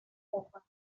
copa